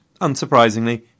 unsurprisingly